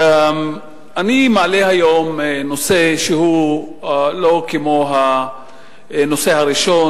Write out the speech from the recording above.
אני מעלה היום נושא שהוא לא כמו הנושא הראשון,